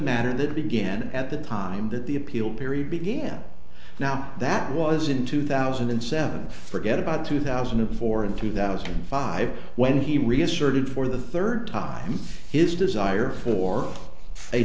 matter that began at the time that the appeal period began now that was in two thousand and seven forget about two thousand and four and two thousand and five when he reasserted for the third time his desire for a